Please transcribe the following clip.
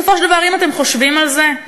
בסופו של דבר, אם אתם חושבים על זה,